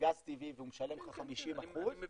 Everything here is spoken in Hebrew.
בגז טבעי והוא משלם לך 50% --- כן,